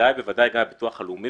בוודאי ובוודאי כלפי הביטוח הלאומי.